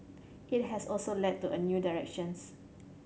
it has also led to a new directions